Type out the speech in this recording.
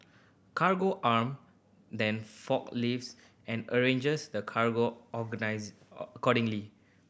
Cargo Arm then forklifts and arranges the cargo accordingly